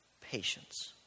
patience